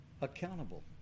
accountable